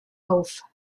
auf